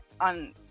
on